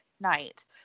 night